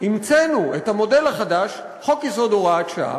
המצאנו את המודל החדש, חוק-יסוד (הוראת שעה).